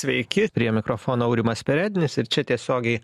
sveiki prie mikrofono aurimas perednis ir čia tiesiogiai